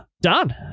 Done